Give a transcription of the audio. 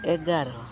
ଏଗାର